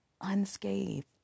unscathed